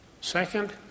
Second